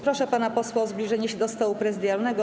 Proszę pana posła o zbliżenie się do stołu prezydialnego.